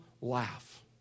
laugh